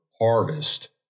harvest